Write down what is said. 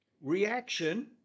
reaction